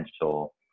potential